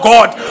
God